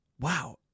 Wow